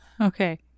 Okay